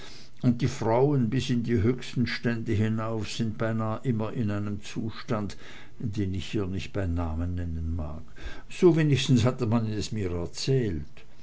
und die frauen bis in die höchsten stände hinauf sind beinah immer in einem zustand den ich hier nicht bei namen nennen mag so wenigstens hat man mir erzählt